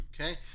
Okay